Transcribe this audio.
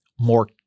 more